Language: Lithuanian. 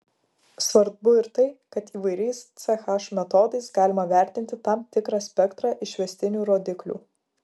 svarbu ir tai kad įvairiais ch metodais galima vertinti tam tikrą spektrą išvestinių rodiklių